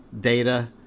data